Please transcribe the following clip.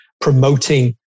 promoting